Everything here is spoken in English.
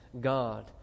God